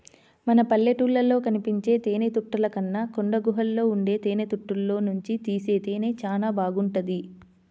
మన పల్లెటూళ్ళలో కనిపించే తేనెతుట్టెల కన్నా కొండగుహల్లో ఉండే తేనెతుట్టెల్లోనుంచి తీసే తేనె చానా బాగుంటది